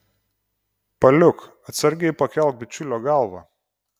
paliuk atsargiai pakelk bičiulio galvą